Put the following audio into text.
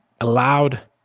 allowed